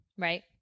Right